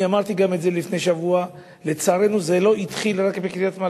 אני אמרתי גם את זה לפני שבוע: לצערנו זה לא התחיל רק בקריית-מלאכי.